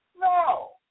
No